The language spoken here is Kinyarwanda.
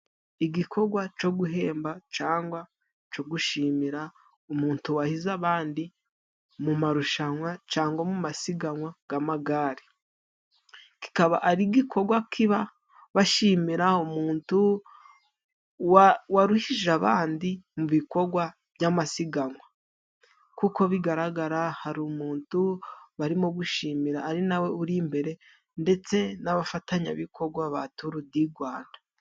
Igikorwa co guhemba cangwa co gushimira umuntu wahize abandi mu marushanwa cangwa mu masiganwa g'amagare. Kikaba ari igikogwa kiba bashimira umuntu warushije abandi, mu bikorwa by'amasiganwa. Nk'uko bigaragara hari umuntu barimo gushimira ari nawe uri imbere, ndetse n'abafatanyabikorwa ba tutu di Rwanda(tour du Rwanda).